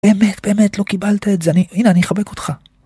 באמת באמת לא קיבלת את זה, הנה, אני אחבק אותך.